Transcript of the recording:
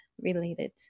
related